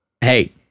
hey